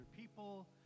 people